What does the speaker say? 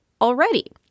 already